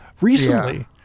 recently